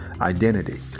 identity